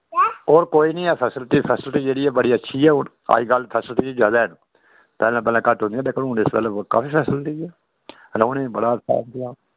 होर कोई निं ऐ फैसिलिटी फैसिलिटी जेह्ड़ी ऐ बड़ी अच्छी ऐ हून अजकल फैसिलिटी ज्यादा न पैह्लें पैह्लें घट्ट होंदियां लेकिन हून इस बेल्लै काफी फैसिलिटी ऐ रौंह्ने उ'नें बड़ा